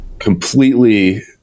completely